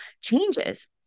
changes